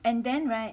and then [right]